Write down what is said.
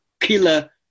killer